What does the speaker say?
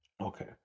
Okay